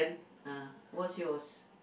uh what's yours